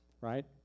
right